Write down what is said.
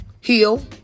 heal